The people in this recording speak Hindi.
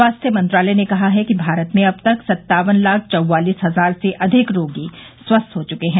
स्वास्थ्य मंत्रालय ने कहा है कि भारत में अब तक सत्तावन लाख चौवालिस हजार से अधिक रोगी स्वस्थ हो चुके हैं